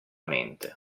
mente